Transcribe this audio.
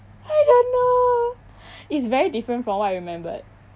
I don't know it's very different from what I remembered